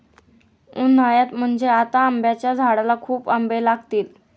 उन्हाळ्यात म्हणजे आता आंब्याच्या झाडाला खूप आंबे लागतील